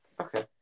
Okay